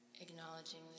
acknowledging